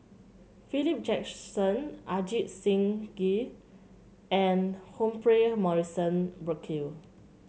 Philip Jackson Ajit Singh Gill and Humphrey Morrison Burkill